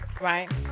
right